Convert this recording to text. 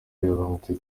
byagabanutse